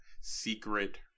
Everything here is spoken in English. secret